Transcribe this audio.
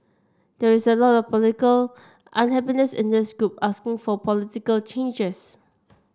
there is a lot of political unhappiness in this group asking for political changes